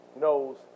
knows